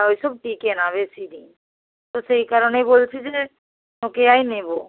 ওই সব টেকে না বেশি দিন তো সেই কারণে বলছি যে নোকিয়াই নেবো